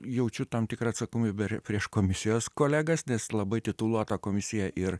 jaučiu tam tikrą atsakomybę prieš komisijos kolegas nes labai tituluota komisija ir